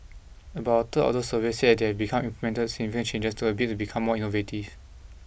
about a third of those surveyed said that they had become implemented significant changes to a bid to become more innovative